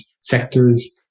sectors